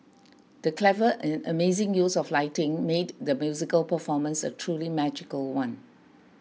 the clever and amazing use of lighting made the musical performance a truly magical one